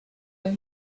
have